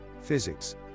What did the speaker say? physics